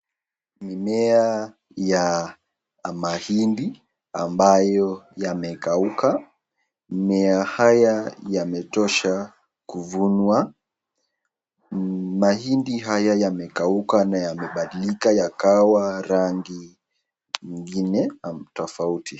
Mimea ya mahindi ambayo yamekauka. Mimea haya yametosha kuvunwa. Mahindi haya yamekauka na yamebadilika yakawa rangi ingine tofauti.